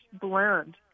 blend